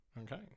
okay